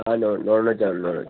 ആ non non വെജ്ജാ non veg